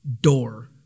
door